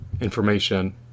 information